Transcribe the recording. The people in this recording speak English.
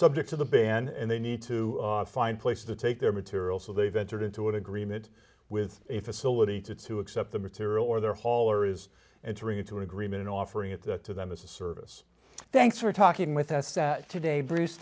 subject to the ban and they need to find places to take their material so they've entered into an agreement with a facility to to accept the material or their hauler is entering into an agreement offering it that to them as a service thanks for talking with us today bruce